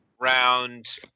round